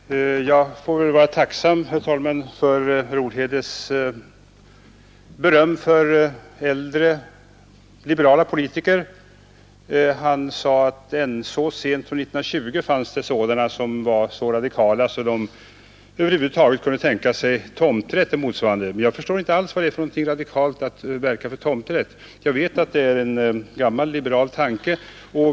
byggnadsoch Herr talman! Jag får väl vara tacksam för herr Olhedes beröm åt äldre = expropriationsliberala politiker. Han sade att det ännu så sent som 1920 fanns sådana lagstiftningen som var så radikala att de över huvud taget kunde tänka sig tomträtt. Jag förstår inte vad det innebär för radikalt att verka för tomträtt. Jag vet att det är en gammal liberal tanke.